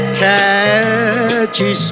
catchy